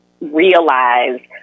realize